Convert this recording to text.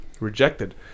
rejected